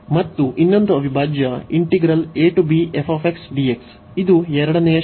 ಮತ್ತು ಇನ್ನೊಂದು ಅವಿಭಾಜ್ಯ ಇದು ಎರಡನೆಯ ಷರತ್ತು